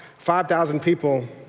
five thousand people,